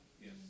Yes